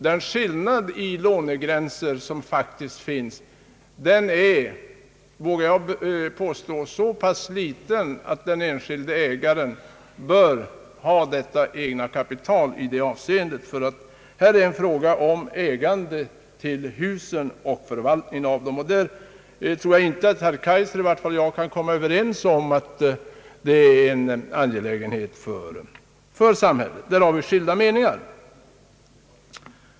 Den skillnad i lånegränser som faktiskt finns är, vågar jag påstå, så pass liten att den enskilde ägaren bör ha detta egna kapital. Här är det en fråga om ägandet och förvaltningen av husen, och herr Kaijser och jag kan nog inte komma överens om att detta skulle vara en angelägenhet för samhället. Där har vi skilda meningar.